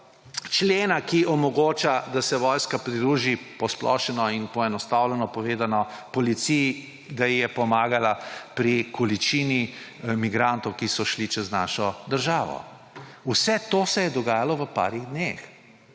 člena, ki omogoča, da se vojska pridruži, posplošeno in poenostavljeno povedano, policiji, da ji je pomagala pri količini migrantov, ki so šli čez našo državo. Vse to se je dogajalo v nekaj dneh.